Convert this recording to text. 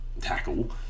tackle